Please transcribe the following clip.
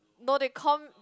no they call